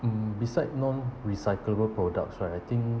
mm beside nonrecyclable products right I think